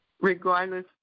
regardless